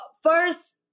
first